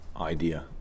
idea